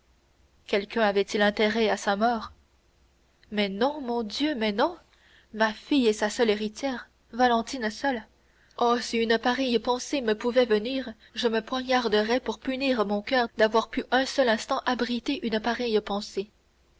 quelqu'un avait-il intérêt à sa mort mais non mon dieu mais non ma fille est sa seule héritière valentine seule oh si une pareille pensée me pouvait venir je me poignarderais pour punir mon coeur d'avoir pu un seul instant abriter une pareille pensée